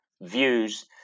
views